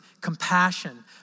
compassion